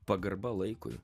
pagarba laikui